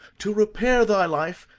to repair thy life,